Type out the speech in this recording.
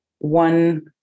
one